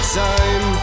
time